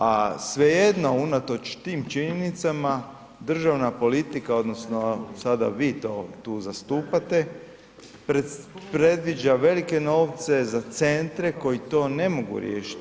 A svejedno unatoč tim činjenicama, državna politika, odnosno sad vi to tu zastupate, predviđa velike novce za centre koji to ne mogu riješiti.